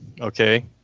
Okay